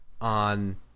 on